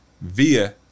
via